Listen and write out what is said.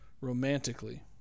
romantically